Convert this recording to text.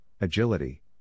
agility